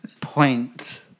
point